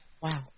Wow